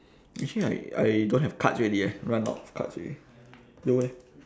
actually I I don't have cards already eh run out of cards already you eh